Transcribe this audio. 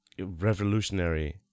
Revolutionary